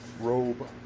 robe